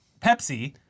Pepsi